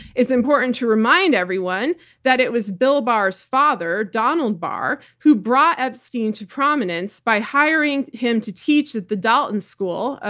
it's important to remind everyone that it was bill barr's father, donald barr, who brought epstein to prominence by hiring him to teach at the dalton school,